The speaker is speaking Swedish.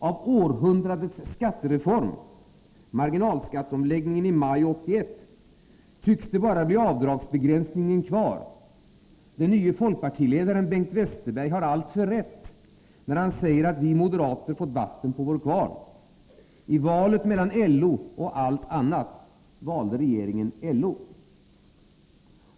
Av ”århundradets skattereform”, marginalskatteomläggningen i maj 1981, tycks det bara bli avdragsbegränsningen kvar. Den nye folkpartiledaren Bengt Westerberg har alltför rätt, när han säger att vi moderater fått vatten på vår kvarn. I valet mellan LO och allt annat — valde regeringen LO.